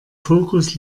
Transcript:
fokus